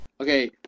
Okay